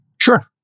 Sure